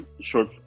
short